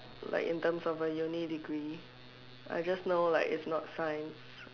like in terms of a uni degree I just know like is not science